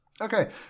Okay